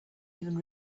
even